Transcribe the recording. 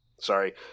sorry